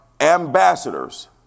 ambassadors